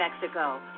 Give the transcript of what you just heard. Mexico